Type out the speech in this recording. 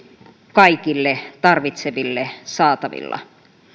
kaikille tarvitseville saatavilla